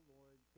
Lord